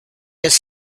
has